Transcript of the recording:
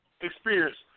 experience